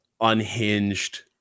unhinged